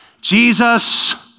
Jesus